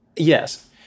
Yes